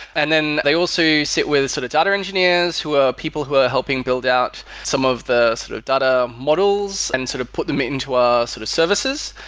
and then they also sit with sort of data engineers who are people who are helping build out some of the sort of data models and sort of put them into our sort of services.